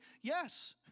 Yes